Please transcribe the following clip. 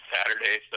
Saturday